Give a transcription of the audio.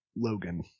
Logan